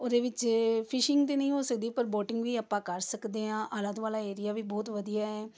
ਉਹਦੇ ਵਿੱਚ ਫਿਸ਼ਿੰਗ ਤਾਂ ਨਹੀਂ ਹੋ ਸਕਦੀ ਪਰ ਬੋਟਿੰਗ ਵੀ ਆਪਾਂ ਕਰ ਸਕਦੇ ਹਾਂ ਆਲਾ ਦੁਆਲਾ ਏਰੀਆ ਵੀ ਬਹੁਤ ਵਧੀਆ ਹੈ